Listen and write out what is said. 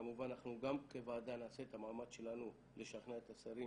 כמובן אנחנו גם כוועדה נעשה את המאמץ שלנו לשכנע את השרים